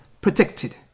protected